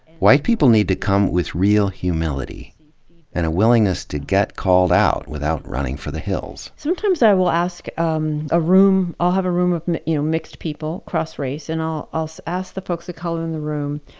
white people need to come with real humility and a willingness to get called out without running for the hills. sometimes i will ask um a room, i'll have a room of, you know, mixed people, across race, and i'll also ask the folks of color in the room,